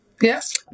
Yes